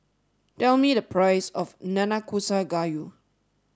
tell me the price of Nanakusa Gayu